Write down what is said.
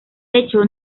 hecho